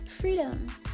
freedom